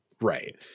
Right